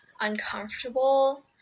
uncomfortable